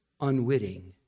unwitting